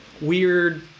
weird